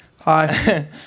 Hi